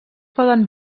poden